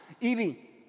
Evie